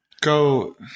go